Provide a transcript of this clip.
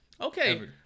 Okay